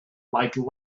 like